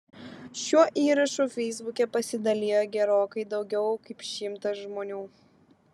šiuo įrašu feisbuke pasidalijo gerokai daugiau kaip šimtas žmonių